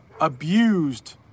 abused